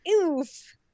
oof